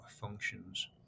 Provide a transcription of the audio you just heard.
functions